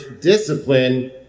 discipline